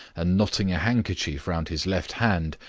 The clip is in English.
and knotting a handkerchief round his left hand,